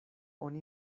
oni